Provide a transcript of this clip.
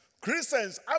Christians